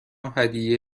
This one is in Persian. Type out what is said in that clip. هدیه